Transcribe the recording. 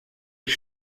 ich